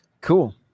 cool